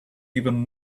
even